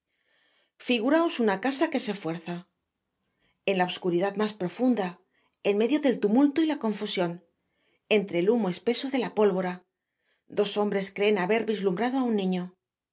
figuraos una casa que se fuerza en la obscuridad mas profunda en medio del tumulto y la confusion entre el humo espeso de la pólvora dos hombres creen haber vislumbrado á un niño